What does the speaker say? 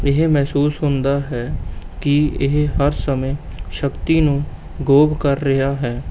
ਇਹ ਮਹਿਸੂਸ ਹੁੰਦਾ ਹੈ ਕਿ ਇਹ ਹਰ ਸਮੇਂ ਸ਼ਕਤੀ ਨੂੰ ਗੋਵ ਕਰ ਰਿਹਾ ਹੈ